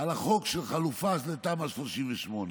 על החוק של חלופה לתמ"א 38,